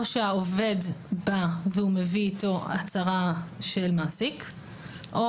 או שהעובד בא והוא מביא איתו הצהרה של מעסיק או